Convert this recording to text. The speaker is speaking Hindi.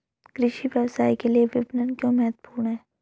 कृषि व्यवसाय के लिए विपणन क्यों महत्वपूर्ण है?